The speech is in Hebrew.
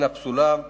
הינה פסולה,